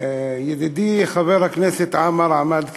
ידידי חבר הכנסת עמאר עמד כאן,